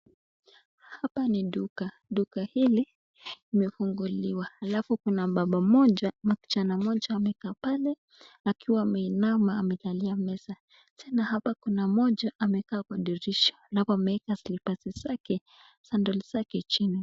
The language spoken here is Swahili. Hapa ni duka. Duka hili imefunguliwa alafu kuna baba mmoja ama kijana mmoja amekaa pale akiwa ameinama na amelalia meza na hapa kuna moja amekaa kwa dirisha alafu ameweka slippers zake sandals zake jini.